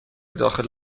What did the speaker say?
داخل